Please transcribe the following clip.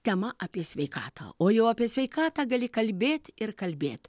tema apie sveikatą o jau apie sveikatą gali kalbėt ir kalbėt